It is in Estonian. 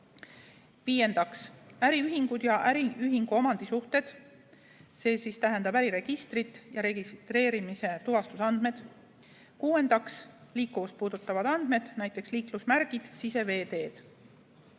5) äriühingud ja äriühingu omandisuhted, see tähendab äriregistrit ja registreerimise tuvastusandmed; 6) liikuvust puudutavad andmed (näiteks liiklusmärgid, siseveeteed).